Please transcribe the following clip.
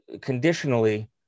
conditionally